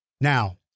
Now